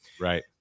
Right